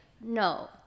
no